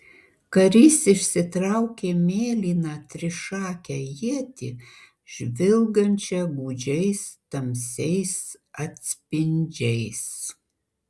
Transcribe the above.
karys išsitraukė mėlyną trišakę ietį žvilgančią gūdžiais tamsiais atspindžiais